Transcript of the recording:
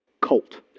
colt